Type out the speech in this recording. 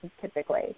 typically